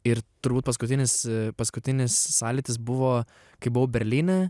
ir turbūt paskutinis paskutinis sąlytis buvo kai buvau berlyne